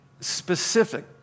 specific